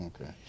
Okay